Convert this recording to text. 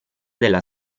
della